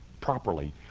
properly